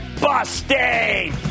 busting